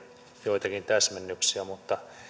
joitakin täsmennyksiä mutta